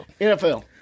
NFL